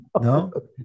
No